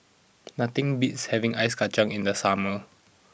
nothing beats having ice Kacang in the summer